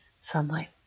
sunlight